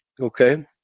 okay